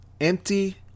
empty